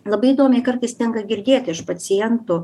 labai įdomiai kartais tenka girdėti iš pacientų